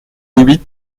huit